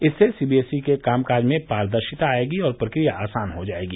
इससे सीबीएसई के कामकाज में पारदर्शिता और प्रक्रिया आसान हो जाएगी